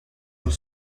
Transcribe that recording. dans